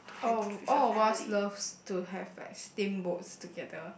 um all of us loves to have like steamboats together